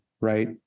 right